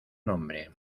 nombre